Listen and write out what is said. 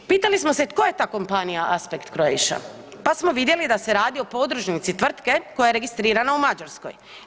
Pitali smo se tko je ta kompanija Aspect Croatia, pa smo vidjeli da se radi o podružnici tvrtke koja je registrirana u Mađarskoj.